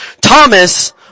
Thomas